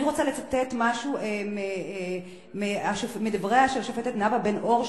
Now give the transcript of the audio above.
אני רוצה לצטט משהו מדבריה של השופטת נאוה בן-אור,